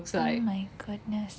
oh my goodness